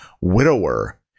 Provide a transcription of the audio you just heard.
widower